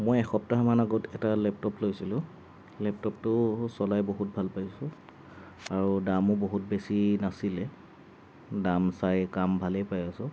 মই একসপ্তাহ মান আগত এটা লেপটপ লৈছিলোঁ লেপটপটো চলাই বহুত ভাল পাইছোঁ আৰু দামো বহুত বেছি নাছিলে দাম চাই কাম ভালেই পাই আছোঁ